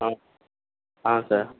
ஆ ஆ சார்